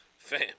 Fam